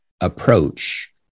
approach